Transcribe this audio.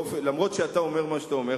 למרות מה שאתה אומר,